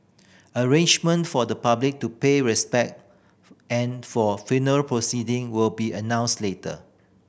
arrangement for the public to pay respect and for funeral proceeding will be announced later